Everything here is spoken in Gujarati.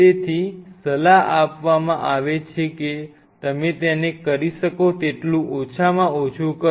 તેથી સલાહ આપવામાં આવે છે કે તમે તેને કરી શકો તેટલું ઓછામાં ઓછું કરો